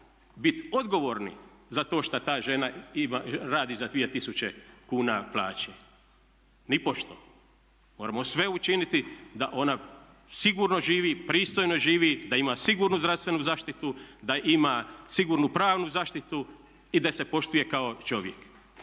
bit odgovorni za to šta ta žena radi za 2000 kuna plaće, nipošto, moramo sve učiniti da ona sigurno živi, pristojno živi, da ima sigurnu zdravstvenu zaštitu, da ima sigurnu pravnu zaštitu i da se poštuje kao čovjek.